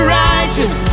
righteous